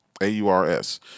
A-U-R-S